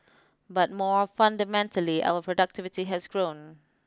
but more fundamentally our productivity has grown